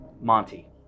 Monty